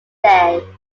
day